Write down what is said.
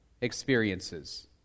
experiences